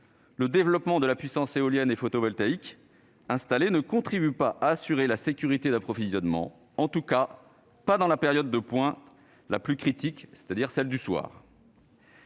Le développement de la puissance éolienne et photovoltaïque installée ne contribue pas à assurer la sécurité d'approvisionnement, en tout cas pas dans la période de pointe la plus critique, celle du soir.